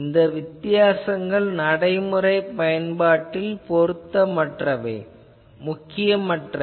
இந்த வித்தியாசங்கள் நடைமுறை பயன்பாட்டில் பொருத்தமற்றவை முக்கியமற்றவை